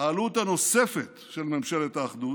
העלות הנוספת של ממשלת האחדות,